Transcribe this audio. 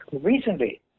recently